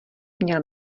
měl